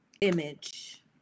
image